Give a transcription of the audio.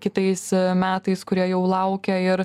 kitais metais kurie jau laukia ir